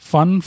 Fun